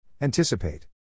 Anticipate